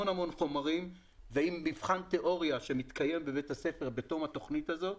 עם המון חומרים ועם מבחן תיאוריה שמתקיים בבית הספר בתום התוכנית הזאת.